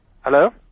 Hello